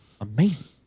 amazing